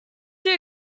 too